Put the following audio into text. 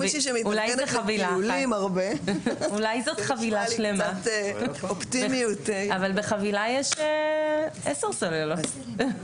אולי זאת חבילה שלמה, ובחבילה יש 10 סוללות.